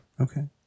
Okay